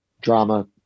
drama